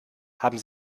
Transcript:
haben